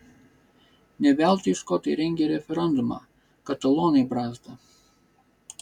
ne veltui škotai rengė referendumą katalonai brazda